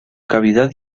cavidad